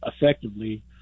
effectively